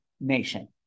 nation